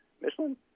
Michelin